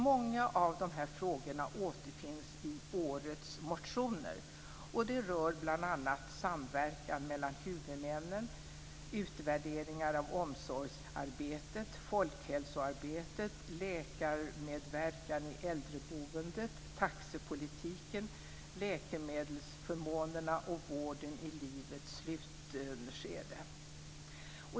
Många av dessa frågor återfinns i årets motioner och rör bl.a. samverkan mellan huvudmännen, utvärderingar av omsorgsarbetet, folkhälsoarbetet, läkarmedverkan i äldreboendet, taxepolitiken, läkemedelsförmånerna och vården i livets slutskede.